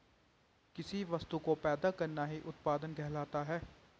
किसी वस्तु को पैदा करना ही उत्पादन कहलाता है